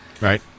Right